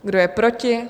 Kdo je proti?